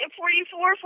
forty-four